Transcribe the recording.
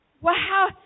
wow